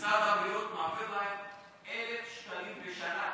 שמשרד הבריאות מעביר לה 1,000 שקלים בשנה,